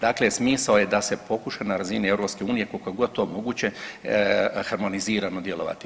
Dakle, smisao je da se pokuša na razini EU koliko je god to moguće harmonizirano djelovati.